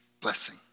blessing